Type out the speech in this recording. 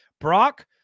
Brock